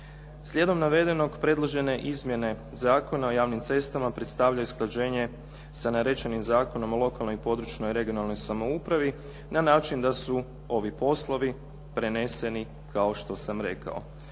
Slijedom navedenog, predložene izmjene Zakona o javnim cestama predstavljaju usklađenje sa nerečenim Zakonom o lokalnoj i područnoj regionalnoj samoupravi na način da su ovi poslovi preneseni kao što sam rekao.